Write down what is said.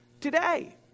today